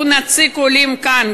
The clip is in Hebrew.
הוא נציג העולים כאן,